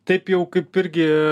taip jau kaip irgi